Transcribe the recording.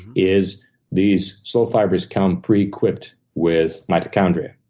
is these slow fibers come pre-equipped with mitochondria,